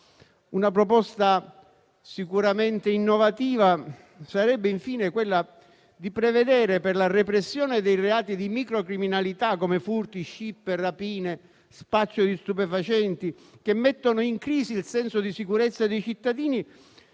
Una proposta sicuramente innovativa sarebbe, infine, quella di prevedere, per la repressione dei reati di microcriminalità come furti, scippi, rapine, spaccio di stupefacenti, che mettono in crisi il senso di sicurezza dei cittadini,